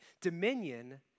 dominion